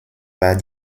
war